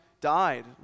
died